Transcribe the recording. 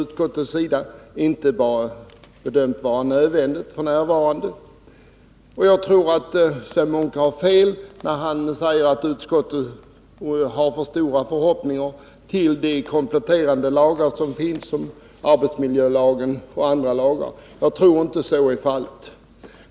Utskottet har inte bedömt att någon ändring f. n. är nödvändig. Jag tror att Sven Munke har fel när han säger att utskottet ställer för stora förhoppningar på kompletterande lagar såsom arbetsmiljölagen och andra. Jag tror inte att så är fallet.